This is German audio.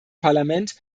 parlament